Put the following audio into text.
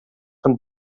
von